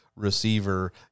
receiver